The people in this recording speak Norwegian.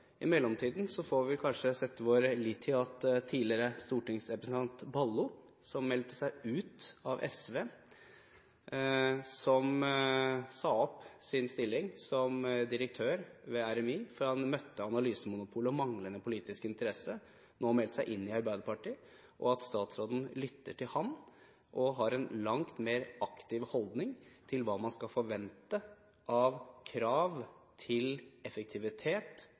I mellomtiden får vi kanskje sette vår lit til tidligere stortingsrepresentant Ballo, som meldte seg ut av SV, og som sa opp sin stilling som direktør ved RMI fordi han møtte analysemonopolet og manglende politisk interesse, og nå har meldt seg inn i Arbeiderpartiet – at statsråden lytter til ham og har en langt mer aktiv holdning til hva man skal forvente av krav til effektivitet